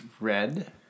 red